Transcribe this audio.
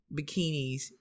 bikinis